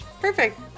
perfect